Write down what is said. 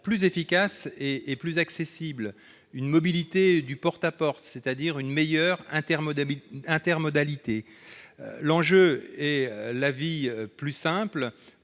plus efficace et plus accessible, une mobilité du « porte-à-porte », c'est-à-dire une meilleure intermodalité. L'enjeu est de rendre la vie plus simple